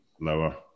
lower